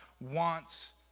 wants